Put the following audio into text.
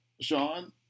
Sean